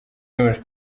yemeje